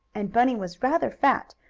and bunny was rather fat,